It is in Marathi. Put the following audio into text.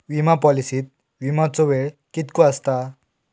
विमा पॉलिसीत विमाचो वेळ कीतको आसता?